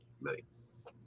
Nice